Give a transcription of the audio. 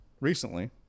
recently